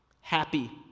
Happy